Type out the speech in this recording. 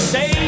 Say